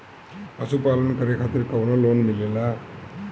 पशु पालन करे खातिर काउनो लोन मिलेला?